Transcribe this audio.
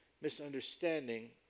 misunderstanding